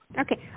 Okay